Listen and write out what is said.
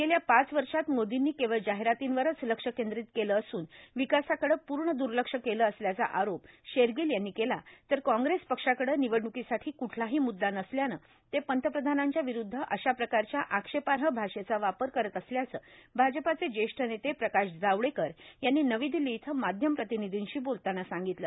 गेल्या पाच वर्षात मोर्दीनी केवळ जाहिरातींवर लक्ष केंद्रीत केलं असून विकासाकडं पूर्ण दुर्लक्ष केलं असल्याचा आरोप शेरगील यांनी केला तर काँग्रेस पक्षाकडं निवडणुकीसाठी कुठलाही मुद्दा नसल्यानं ते पंतप्रधानांच्या विरूद्ध अशाप्रकारच्या आक्षेपार्ह भाषेचा वापर करत असल्याची भाजपाचे ज्येष्ठ नेते प्रकाश जावडेकर यांनी नवी दिल्ली इथं माध्यम प्रतिनिधींशी बोलताना सांगितलं